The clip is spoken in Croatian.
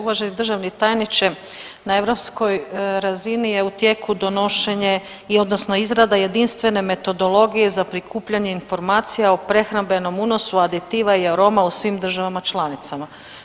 Uvaženi državni tajniče, na europskoj razini je u tijeku donošenje odnosno izrada jedinstvene metodologije za prikupljanje informacija o prehrambenom unosu aditiva i aroma u svim državama članicama.